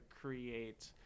create